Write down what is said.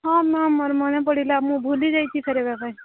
ହଁ ମ୍ୟାମ୍ ମୋର ମନେ ପଡ଼ିଲା ମୁଁ ଭୁଲି ଯାଇଛି ଫେରାଇବା ପାଇଁ